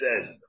says